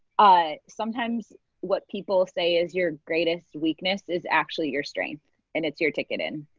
ah sometimes what people say is your greatest weakness is actually your strength and it's your ticket in.